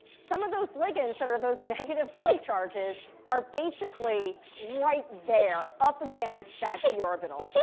some of those ligands that are those negative point charges are basically right there up against that d orbital.